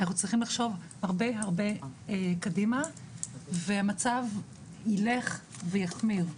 אנחנו צריכים לחשוב הרבה קדימה והמצב ילך ויחמיר,